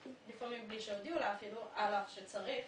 לפעמים בלי שהודיעו לה אפילו על אף שצריך,